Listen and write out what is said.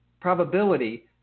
probability